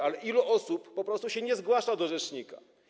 A ile osób po prostu się nie zgłasza do rzecznika?